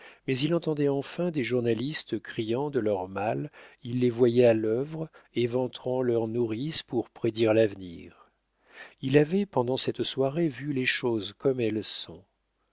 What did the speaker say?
mais il entendait enfin des journalistes criant de leur mal il les voyait à l'œuvre éventrant leur nourrice pour prédire l'avenir il avait pendant cette soirée vu les choses comme elles sont